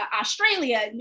Australia